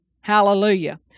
Hallelujah